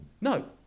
no